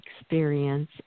experience